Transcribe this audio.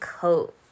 coat